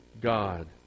God